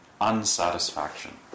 unsatisfaction